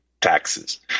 taxes